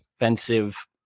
offensive